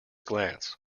glance